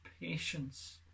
patience